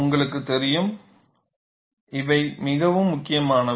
உங்களுக்கு தெரியும் இவை மிகவும் முக்கியமானவை